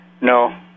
No